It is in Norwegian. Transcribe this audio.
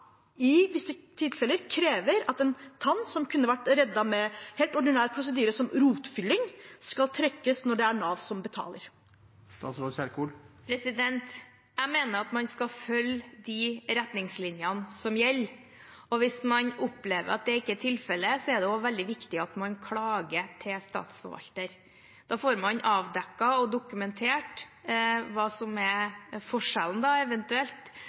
i visse tilfeller krever at en tann som kunne vært reddet med en helt ordinær prosedyre som rotfylling, skal trekkes når det er Nav som betaler? Jeg mener at man skal følge de retningslinjene som gjelder. Hvis man opplever at det ikke er tilfellet, er det veldig viktig at man klager til statsforvalteren. Da får man avdekket og dokumentert hva som eventuelt er forskjellen